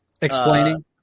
explaining